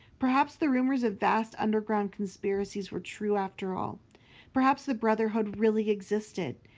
perhaps the rumours of vast underground conspiracies were true after all perhaps the brotherhood really existed!